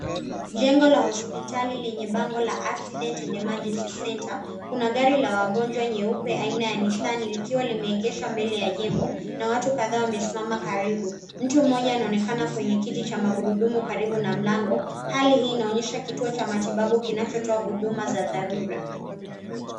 Jengo la hospitali lenye bango la Accident and Emergency Center , kuna gari la wagonjwa nyeupe aina ya Nissan likiwa limeegeshwa mbele ya jengo, na watu kadhaa wamesimama karibu. Mtu mmoja anaonekana kwenye kiti cha magurudumu karibu na mlango. Hali hii inaonyesha kituo cha matibabu kinachotoa huduma za dharura.